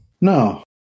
No